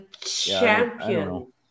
champion